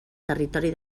territori